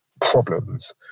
problems